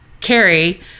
Carrie